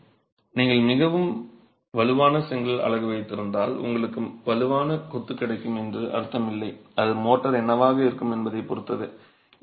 எனவே நீங்கள் மிகவும் வலுவான செங்கல் அலகு வைத்திருந்தால் உங்களுக்கு வலுவான கொத்து கிடைக்கும் என்று அர்த்தம் இல்லை அது மோர்டார் என்னவாக இருக்கும் என்பதைப் பொறுத்தது